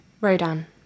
Rodan